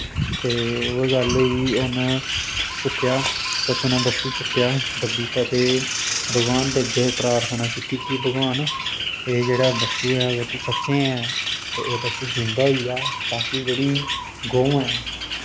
ते ओह् गल्ल होई उन्न चुक्केआ सस्सू ने बच्छु चुक्केआ दब्बी दित्ता ते भगवान दे अग्गें प्रार्थना कीती कि भगवान एह् जेह्ड़ा बच्छु ऐ अगर तूं सच्चें ऐं एह् जींदा होई जा ता कि जेह्ड़ी गौं ऐ